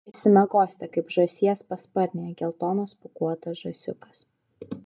išsimiegosite kaip žąsies pasparnėje geltonas pūkuotas žąsiukas